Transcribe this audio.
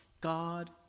God